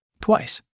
Twice